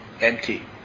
empty